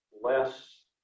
less